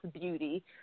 beauty